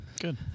Good